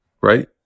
right